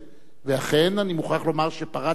ואכן, אני מוכרח לומר שפרץ ויכוח גדול,